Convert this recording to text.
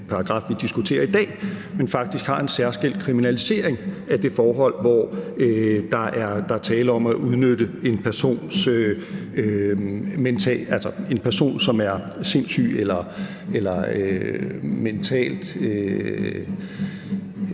vi diskuterer i dag, har en særskilt kriminalisering af det forhold, hvor der er tale om at udnytte en person, som er sindssyg eller mentalt